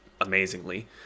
amazingly